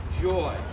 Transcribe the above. joy